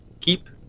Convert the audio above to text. keep